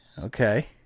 okay